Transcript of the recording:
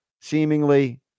seemingly